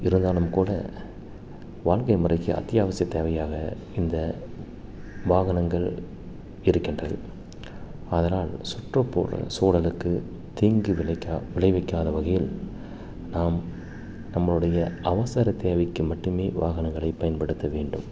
இருந்தாலும் கூட வாழ்க்கை முறைக்கு அத்தியாவசிய தேவையாக இந்த வாகனங்கள் இருக்கின்றது ஆதலால் சுற்றுப்புறச்சூழலுக்கு தீங்கு விளைவிக்காத விளைவிக்காத வகையில் நாம் நம்மளுடைய அவசர தேவைக்கு மட்டும் வாகனங்களை பயன்படுத்த வேண்டும்